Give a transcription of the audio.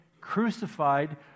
crucified